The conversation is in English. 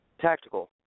tactical